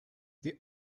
this